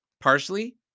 Parsley